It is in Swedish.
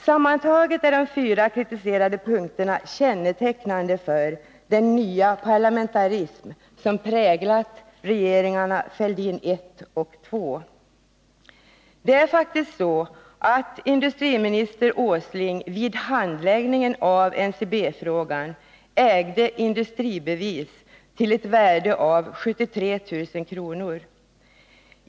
Sammantaget är de fyra kritiserade punkterna kännetecknande för den nya parlamentarism som präglat regeringarna Fälldin I och Fälldin II. Det är faktiskt så att industriminister Åsling vid handläggningen av NCB-frågan ägde industribevis till ett värde av 73 000 kr.